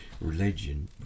religion